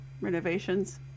renovations